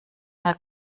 mal